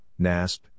NASP